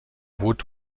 wood